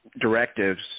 directives